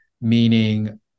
meaning